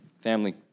Family